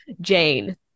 jane